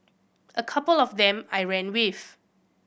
a couple of them I ran with